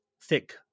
thick